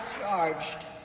charged